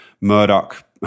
Murdoch